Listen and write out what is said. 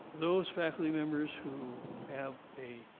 those faculty members who have a,